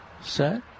set